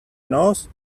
knows